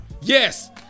Yes